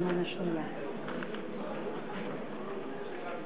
יש לי באמת עונג מיוחד לברך את ידידי הרב אלי בן-דהן.